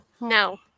No